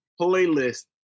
playlist